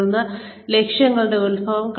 തുടർന്ന് ലക്ഷ്യങ്ങളുടെ ഉത്ഭവം